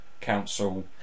Council